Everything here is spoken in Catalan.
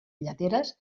lleteres